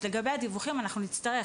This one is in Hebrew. אז לגבי הדיווחים אנחנו נצטרך,